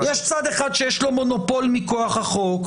--- יש צד אחד שיש לו מונופול מכוח החוק,